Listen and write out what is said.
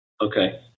Okay